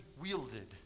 wielded